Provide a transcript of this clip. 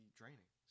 draining